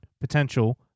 potential